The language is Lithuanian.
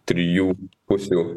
trijų pusių